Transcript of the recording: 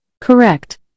Correct